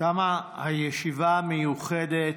תמה הישיבה המיוחדת.